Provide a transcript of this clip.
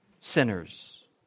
sinners